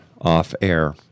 off-air